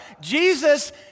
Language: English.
Jesus